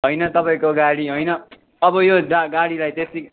होइन तपाईँको गाडी होइन अब यो गाडीलाई त्यतिकै